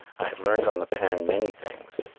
i had learned on the pan many things,